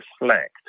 reflect